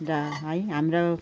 र है हाम्रो